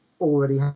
already